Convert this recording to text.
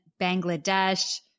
Bangladesh